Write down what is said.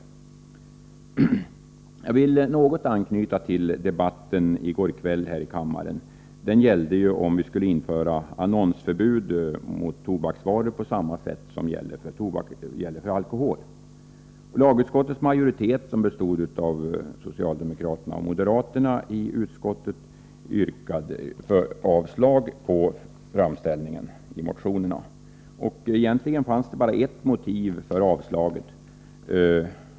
Jag vill något anknyta till debatten i går kväll här i kammaren. Det gällde om vi skulle införa annonsförbud mot tobak på samma sätt som gäller för alkohol. Lagutskottets majoritet, som bestod av socialdemokraterna och moderaterna i utskottet, yrkade avslag på framställningarna i motionerna. Egentligen fanns det bara ett motiv för avslaget.